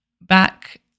back